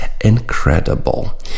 incredible